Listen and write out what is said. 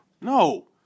No